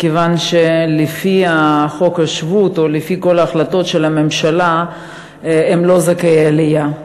מכיוון שלפי חוק השבות או לפי כל ההחלטות של הממשלה הם לא זכאי עלייה,